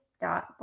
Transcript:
dot